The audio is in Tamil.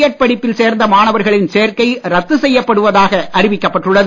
எட் படிப்பில் சேர்ந்த மாணவர்களின் சேர்க்கை ரத்து செய்யப்படுவதாக அறிவிக்கப்பட்டுள்ளது